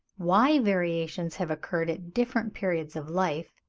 why variations have occurred at different periods of life,